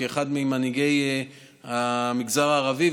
כאחד ממנהיגי המגזר הערבי,